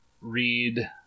read